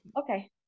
Okay